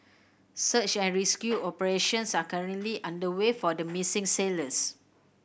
search and rescue operations are currently underway for the missing sailors